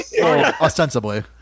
Ostensibly